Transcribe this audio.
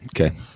Okay